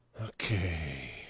Okay